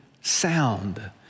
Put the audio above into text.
sound